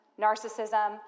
narcissism